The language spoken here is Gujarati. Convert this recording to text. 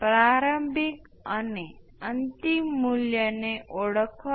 તેથી આ તમને શું કહે છે કે છેદમાં R 1 R 2 માન્યને રદ કરશે